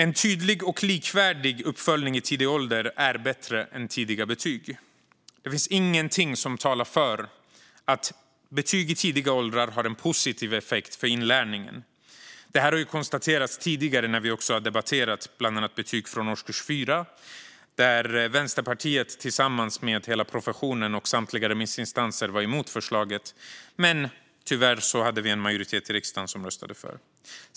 En tydlig och likvärdig uppföljning i tidig ålder är bättre än tidiga betyg. Det finns ingenting som talar för att betyg i tidiga åldrar har en positiv effekt på inlärningen. Det har konstaterats tidigare när vi har debatterat bland annat betyg från årskurs 4. Vänsterpartiet tillsammans med hela professionen och samtliga remissinstanser var emot förslaget. Men tyvärr hade vi en majoritet i riksdagen som röstade för.